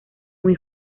muy